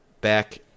back